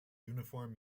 uniform